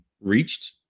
reached